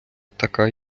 така